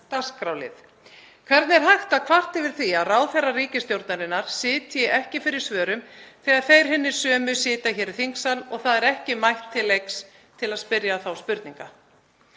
Hvernig er hægt að kvarta yfir því að ráðherrar ríkisstjórnarinnar sitji ekki fyrir svörum þegar þeir hinir sömu sitja hér í þingsal og ekki er mætt til leiks til að spyrja þá spurninga?